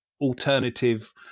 alternative